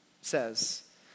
says